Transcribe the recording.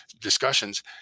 discussions